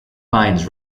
fines